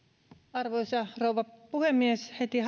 arvoisa rouva puhemies heti